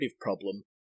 problem